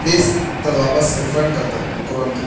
please तद् वापस् refund कर्त कुर्वन्तु